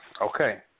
okay